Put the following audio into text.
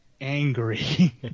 angry